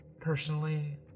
Personally